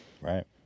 Right